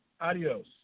Adios